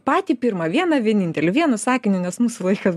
patį pirmą vieną vienintelį vienu sakiniu nes mūsų laikas